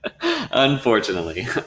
unfortunately